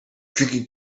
drinking